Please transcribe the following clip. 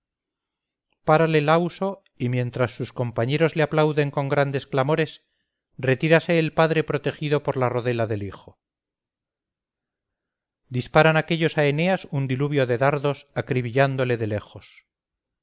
tajo párale lauso y mientras sus compañeros le aplauden con grandes clamores retírase el padre protegido por la rodela del hijo disparan aquellos a eneas un diluvio de dardos acribillándole de lejos